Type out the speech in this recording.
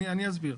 אני אסביר.